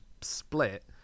split